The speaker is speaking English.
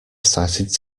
started